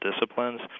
disciplines